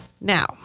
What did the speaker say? Now